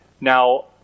Now